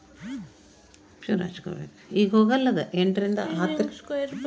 ವ್ಯಾಪಾರಸ್ಥರು ಸಾಲ ತಗೋಳಾಕ್ ಯಾವ ದಾಖಲೆಗಳನ್ನ ಕೊಡಬೇಕ್ರಿ?